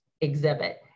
exhibit